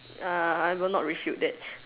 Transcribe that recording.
uh I will not refute that